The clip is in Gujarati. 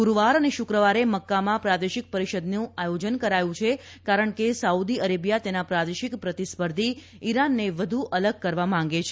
ગુરૂવાર અને શુક્રવારે મક્કામાં પ્રાદેશિક પરિષદનું આયોજન કરાયું છે કારણ કે સાઉદી અરેબિયા તેના પ્રાદેશિક પ્રતિસ્પર્ધી ઈરાનને વધુ અલગ કરવા માંગે છે